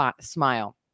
smile